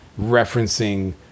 referencing